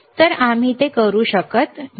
तर आम्ही ते करू शकत नाही